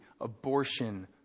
abortion